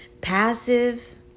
passive